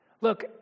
Look